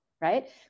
right